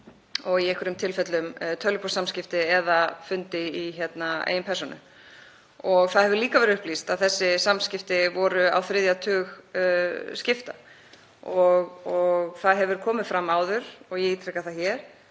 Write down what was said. og í einhverjum tilfellum tölvupóstsamskipti eða fundir í eigin persónu. Það hefur líka verið upplýst að þessi samskipti voru í á þriðja tug skipta. Það hefur komið fram áður, og ég ítreka það hér,